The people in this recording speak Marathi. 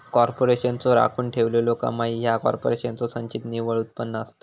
कॉर्पोरेशनचो राखून ठेवलेला कमाई ह्या कॉर्पोरेशनचो संचित निव्वळ उत्पन्न असता